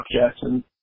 Jackson